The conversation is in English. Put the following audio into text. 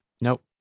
Nope